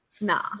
nah